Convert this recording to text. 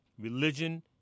Religion